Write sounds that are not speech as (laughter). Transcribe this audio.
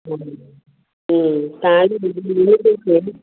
(unintelligible)